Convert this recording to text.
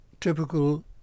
typical